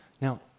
Now